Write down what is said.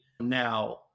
now